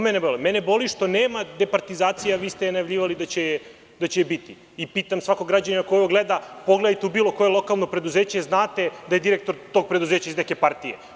Mene boli što nema departizacije, a vi ste je najavljivali da će je biti i pitam svakog građanina koji ovo gleda, pogledajte u bilo koje lokalno preduzeće, znate da je direktor iz tog preduzeća iz neke partije.